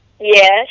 Yes